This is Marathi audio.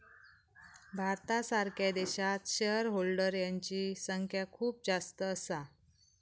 भारतासारख्या देशात शेअर होल्डर यांची संख्या खूप जास्त असा